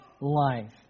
life